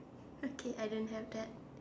okay I didn't have that